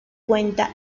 cuenta